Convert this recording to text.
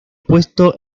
puesto